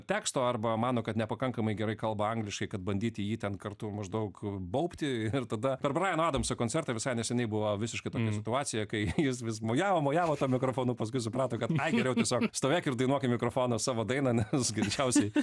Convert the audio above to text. teksto arba mano kad nepakankamai gerai kalba angliškai kad bandyti jį ten kartu maždaug baubti ir tada per braino adamso koncertą visai neseniai buvo visiškai tokia situacija kai jis vis mojavo mojavo tuo mikrofonu paskui suprato kad ai geriau tiesiog stovėk ir dainuok į mikrofoną savo dainą nes greičiausiai